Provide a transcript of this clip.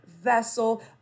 vessel